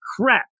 crap